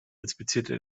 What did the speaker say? inspizierte